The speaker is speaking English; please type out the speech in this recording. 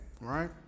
right